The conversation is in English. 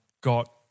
got